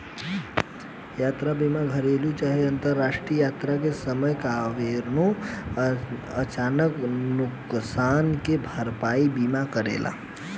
यात्रा बीमा घरेलु चाहे अंतरराष्ट्रीय यात्रा के समय कवनो अचानक नुकसान के भरपाई बीमा करेला